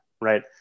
right